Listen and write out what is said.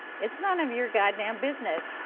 it's none of your god-damned business.